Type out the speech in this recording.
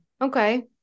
Okay